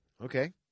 Okay